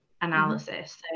analysis